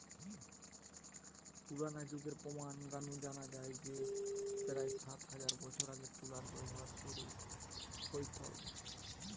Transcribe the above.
পুরনা যুগের প্রমান গা নু জানা যায় যে প্রায় সাত হাজার বছর আগে তুলার ব্যবহার শুরু হইথল